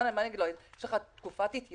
אני אומר לו שיש לו תקופת התיישנות?